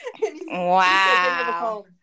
Wow